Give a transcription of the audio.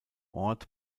ort